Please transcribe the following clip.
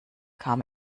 kam